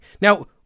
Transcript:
Now